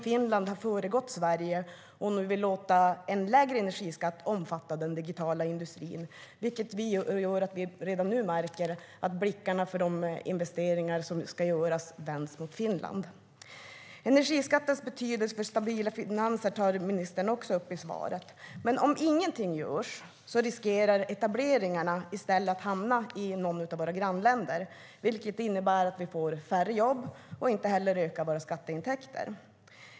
Finland har gått före Sverige och vill låta en lägre energiskatt omfatta den digitala industrin, vilket gör att vi redan nu märker att blickarna på de investeringar som ska göras vänds mot Finland. Energiskattens betydelse för stabila finanser tar ministern också upp i svaret. Men om ingenting görs riskerar etableringarna i stället att hamna i något av våra grannländer, vilket innebär att vi får färre jobb och inte ökar våra skatteintäkter.